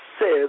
says